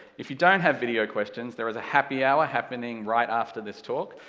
if you don't have video questions, there is a happy hour happening right after this talk,